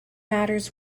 matters